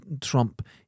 Trump